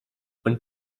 und